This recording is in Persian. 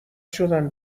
شدن